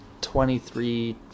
twenty-three